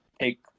take